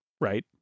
Right